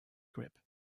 grip